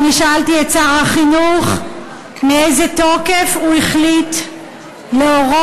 שאלתי את שר החינוך מתוקף מה הוא החליט להורות